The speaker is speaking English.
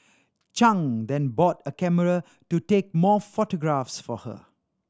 Chang then bought a camera to take more photographs for her